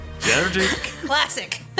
Classic